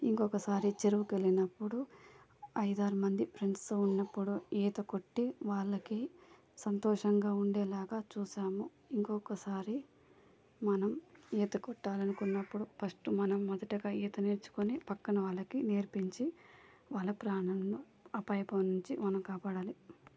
ఇంకొకసారి చెరువుకి వెళ్ళినప్పుడు ఐడు ఆరు మంది ఫ్రెండ్స్తో ఉన్నప్పుడు ఈత కొట్టి వాళ్ళకి సంతోషంగా ఉండేలాగా చూసాము ఇంకొకసారి మనం ఈత కొట్టాలనుకున్నప్పుడు ఫస్ట్ మనం మొదటగా ఈత నేర్చుకొని పక్కన వాళ్ళకి నేర్పించి వాళ్ళ ప్రాణంను ఆపాయపడి నుంచి మనం కాపాడాలి